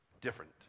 different